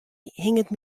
hinget